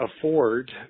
afford